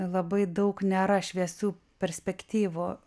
labai daug nėra šviesių perspektyvų